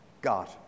God